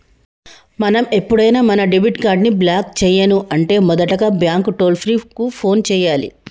మనం ఎప్పుడైనా మన డెబిట్ కార్డ్ ని బ్లాక్ చేయను అంటే మొదటగా బ్యాంకు టోల్ ఫ్రీ కు ఫోన్ చేయాలి